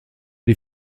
die